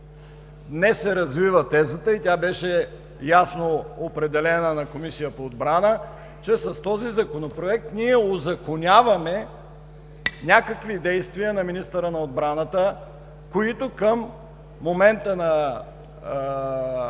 Днес се развива тезата, и тя беше ясно определена на Комисията по отбрана, че с този Законопроект ние узаконяваме някакви действия на министъра на отбраната, които към момента на